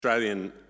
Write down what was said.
Australian